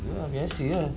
ya biasa lah